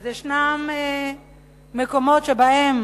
ישנם מקומות שבהם